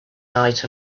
night